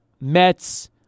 Mets